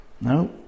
No